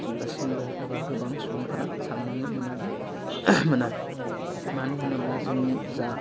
दासिमबो एबा गोबां सुबुंफोरा साननानै मोनादि मोना मानो होनोब्ला जोंनि जा